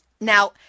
Now